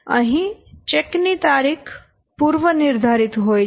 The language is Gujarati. અહીં ચેક ની તારીખ પૂર્વ નિર્ધારિત હોય છે